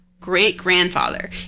great-grandfather